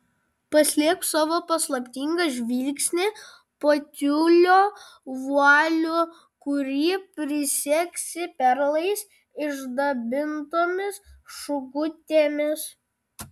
paslėpk savo paslaptingą žvilgsnį po tiulio vualiu kurį prisegsi perlais išdabintomis šukutėmis